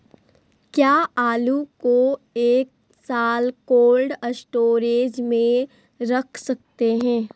क्या आलू को एक साल कोल्ड स्टोरेज में रख सकते हैं?